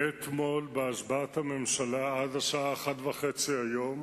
מאתמול בהשבעת הממשלה עד השעה 13:30 היום